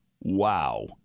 Wow